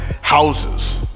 houses